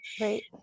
right